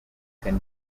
can